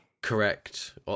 Correct